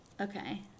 Okay